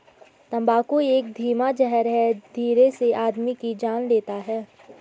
तम्बाकू एक धीमा जहर है धीरे से आदमी की जान लेता है